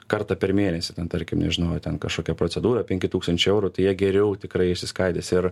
kartą per mėnesį ten tarkim nežinau ar ten kažkokia procedūra penki tūkstančiai eurų tai jie geriau tikrai išsiskaidys ir